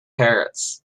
parrots